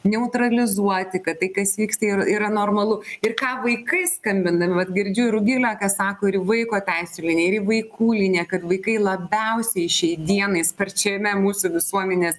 neutralizuoti kad tai kas vyksta yr yra normalu ir ką vaikai skambindami vat girdžiu rugilė ką sako ir į vaiko teisių liniją ir į vaikų liniją kad vaikai labiausiai šiai dienai sparčiame mūsų visuomenės